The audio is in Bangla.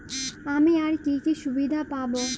আমি আর কি কি সুবিধা পাব?